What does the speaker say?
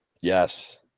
Yes